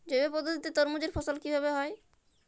জৈব পদ্ধতিতে তরমুজের ফলন কিভাবে হয়?